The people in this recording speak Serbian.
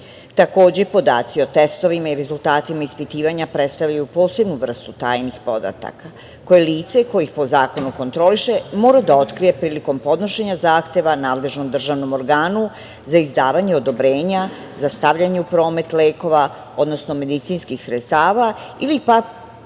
slično. Takođe, podaci o testovima i rezultatima ispitivanja predstavljaju posebnu vrstu tajnih podataka koje lice koje ih po zakonu kontroliše mora da otkrije prilikom podnošenja zahteva nadležnom državnom organu za izdavanje odobrenja za stavljanje u promet lekova, odnosno medicinskih sredstava ili pak